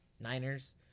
Niners